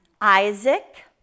Isaac